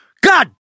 God